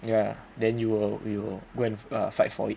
ya then you will you will go and fight for it